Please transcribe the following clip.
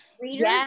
Readers